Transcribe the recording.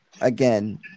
again